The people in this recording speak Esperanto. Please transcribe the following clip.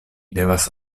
devas